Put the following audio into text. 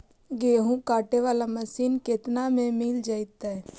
गेहूं काटे बाला मशीन केतना में मिल जइतै?